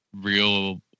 real